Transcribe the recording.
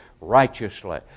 righteously